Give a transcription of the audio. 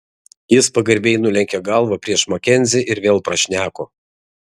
jis pagarbiai nulenkė galvą prieš makenzį ir vėl prašneko